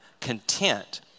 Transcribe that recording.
content